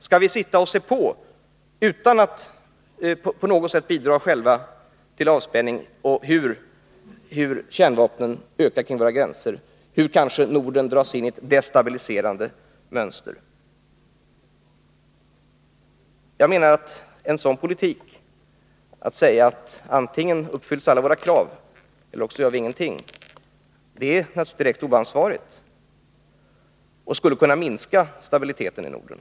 Skall vi bara passivt se på utan att på något sätt själva bidra till avspänning, om antalet kärnvapen ökar kring våra gränser, när kanske Norden dras in i ett destabiliserande mönster? En politik som går ut på att vi säger att antingen uppfylls alla våra krav eller också gör vi ingenting är direkt oansvarig och skulle kunna minska stabiliteten i Norden.